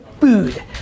Food